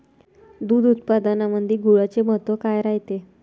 दूध उत्पादनामंदी गुळाचे महत्व काय रायते?